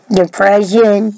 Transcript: depression